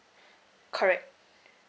correct